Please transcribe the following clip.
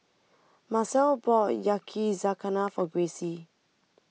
Marcelle bought Yakizakana for Gracie